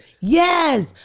Yes